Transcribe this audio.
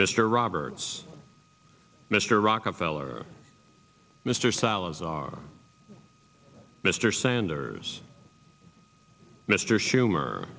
mr roberts mr rockefeller mr salazar mr sanders mr schumer